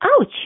ouch